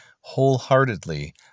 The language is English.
wholeheartedly